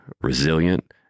resilient